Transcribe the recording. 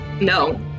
No